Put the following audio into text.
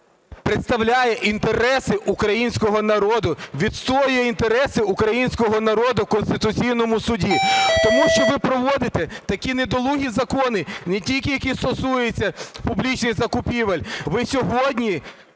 представляє інтереси українського народу, відстоює інтереси українського народу в Конституційному Суді. Тому що ви проводите такі недолугі закони, не тільки які стосуються публічних закупівель, ви сьогодні